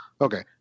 Okay